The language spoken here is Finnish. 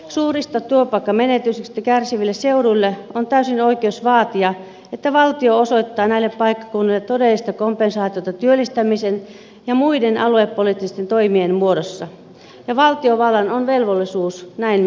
suurista työpaikkamenetyksistä kärsivillä seuduilla on täysi oikeus vaatia että valtio osoittaa näille paikkakunnille todellista kompensaatiota työllistämisen ja muiden aluepoliittisten toimien muodossa ja valtiovallalla on velvollisuus näin myös tehdä